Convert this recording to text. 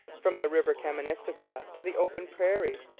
from the river kaministikwia to the open prairie.